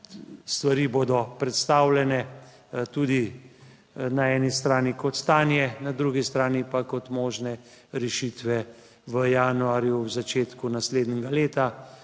Stvari bodo predstavljene tudi na eni strani kot stanje, na drugi strani pa kot možne rešitve v januarju v začetku naslednjega leta.